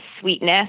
sweetness